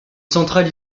centrale